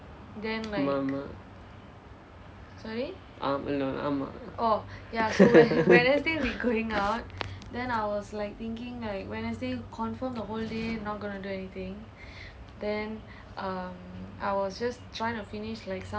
ஆமாம் ஆமாம்:aamaam aamaam ah no ஆமாம்:aamaam